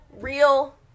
Real